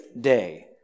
day